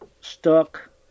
stuck